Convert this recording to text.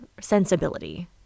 sensibility